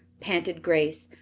panted grace.